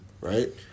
Right